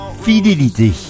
fidélité